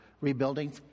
rebuilding